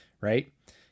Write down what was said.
right